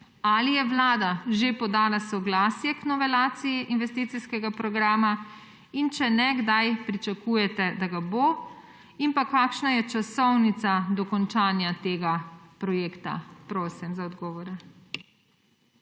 Ali je Vlada že podala soglasje k novelaciji investicijskega programa, in če ne, kdaj pričakujete, da ga bo? Kakšna je časovnica dokončanja tega projekta? Prosim za odgovore.